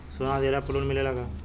सोना दिहला पर लोन मिलेला का?